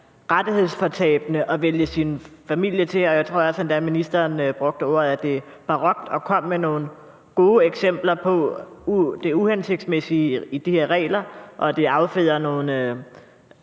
rettighedsfortabende at vælge sin familie til, og jeg tror endda også, at ministeren brugte ordet barokt. Og ministeren kom med nogle gode eksempler på det uhensigtsmæssige i de her regler, og at det afføder nogle